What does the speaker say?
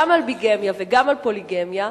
גם ביגמיה וגם פוליגמיה,